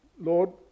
Lord